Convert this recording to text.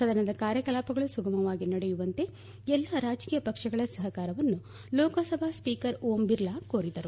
ಸದನದ ಕಾರ್ಯಕಲಾಪಗಳು ಸುಗಮವಾಗಿ ನಡೆಯುವಂತೆ ಎಲ್ಲಾ ರಾಜಕೀಯ ಪಕ್ಷಗಳ ಸಹಕಾರವನ್ನು ಲೋಕಸಭಾ ಸ್ಸೀಕರ್ ಓಂ ಬಿರ್ಲಾ ಕೋರಿದರು